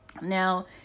now